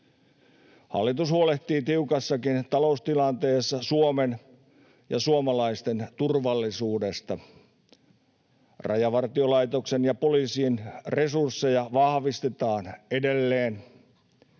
Hallitus huolehtii tiukassakin taloustilanteessa Suomen ja suomalaisten turvallisuudesta. Rajavartiolaitoksen ja poliisin resursseja vahvistetaan edelleen.